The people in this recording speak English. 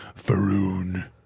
Faroon